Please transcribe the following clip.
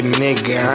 nigga